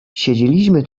siedzieliśmy